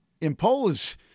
impose